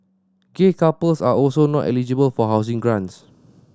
gay couples are also not eligible for housing grants